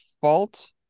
fault